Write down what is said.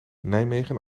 nijmegen